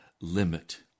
limit